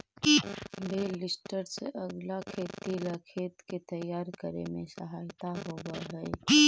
बेल lifter से अगीला खेती ला खेत के तैयार करे में सहायता होवऽ हई